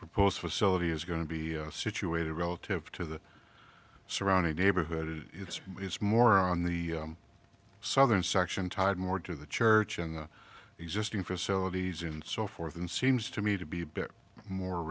proposed facility is going to be situated relative to the surrounding neighborhood it is more on the southern section tied more to the church and the existing facilities and so forth and seems to me to be a bit more